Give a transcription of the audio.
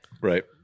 Right